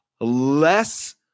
less